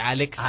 Alex